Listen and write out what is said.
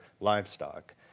livestock